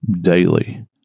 Daily